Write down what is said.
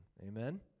Amen